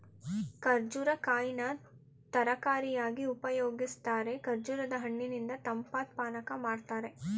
ಕರ್ಬೂಜ ಕಾಯಿನ ತರಕಾರಿಯಾಗಿ ಉಪಯೋಗಿಸ್ತಾರೆ ಕರ್ಬೂಜದ ಹಣ್ಣಿನಿಂದ ತಂಪಾದ್ ಪಾನಕ ಮಾಡ್ತಾರೆ